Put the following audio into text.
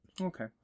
Okay